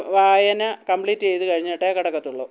വായന കമ്പ്ലീറ്റ് ചെയ്തു കഴിഞ്ഞിട്ടേ കിടക്കത്തുള്ളു